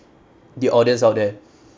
the audience out there